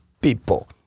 people